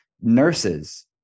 Nurses